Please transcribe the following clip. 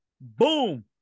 boom